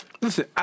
listen